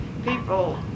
People